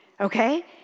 Okay